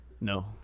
No